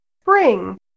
Spring